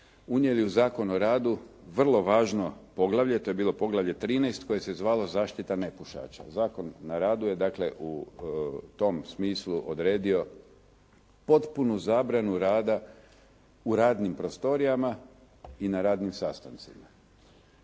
unijeli u Zakon o radu vrlo važno poglavlje, to je bilo poglavlje 13 koje se zvalo zaštita nepušača. Zakon o radu je dakle u tom smislu odredio potpunu zabranu rada u radnim prostorijama i na radnim sastancima